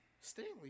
Stanley